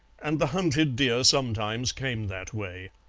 and the hunted deer sometimes came that way.